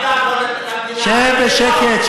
שב בשקט.